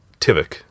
Tivik